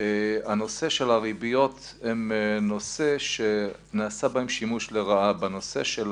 בריביות נעשה שימוש לרעה בנושא של